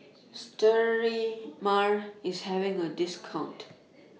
Sterimar IS having A discount